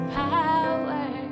power